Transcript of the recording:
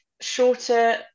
shorter